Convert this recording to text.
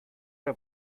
der